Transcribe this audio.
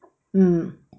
mm